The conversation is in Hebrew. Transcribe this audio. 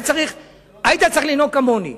היית צריך לנהוג כמוני.